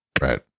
right